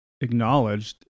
acknowledged